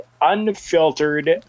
unfiltered